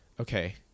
Okay